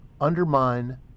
undermine